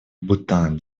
бутан